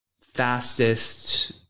fastest